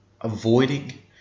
avoiding